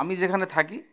আমি যেখানে থাকি